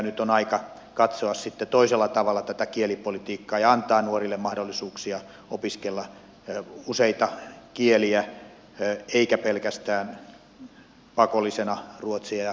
nyt on aika katsoa sitten toisella tavalla tätä kielipolitiikkaa ja antaa nuorille mahdollisuuksia opiskella useita kieliä eikä pelkästään pakollisena ruotsia ja englantia